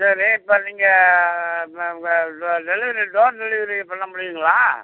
சரி இப்போ நீங்கள் டெலிவரி டோர் டெலிவரி பண்ண முடியுங்களா